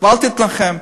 ואל תתלחם.